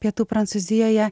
pietų prancūzijoje